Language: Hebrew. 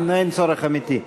אין צורך אמיתי.